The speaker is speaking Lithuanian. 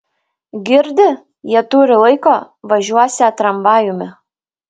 girdi jie turį laiko važiuosią tramvajumi